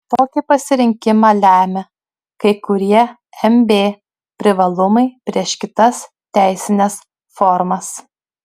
tokį pasirinkimą lemia kai kurie mb privalumai prieš kitas teisines formas